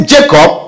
Jacob